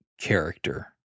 character